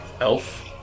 Elf